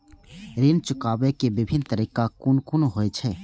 ऋण चुकाबे के विभिन्न तरीका कुन कुन होय छे?